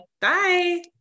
Bye